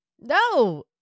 No